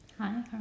Hi